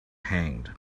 hanged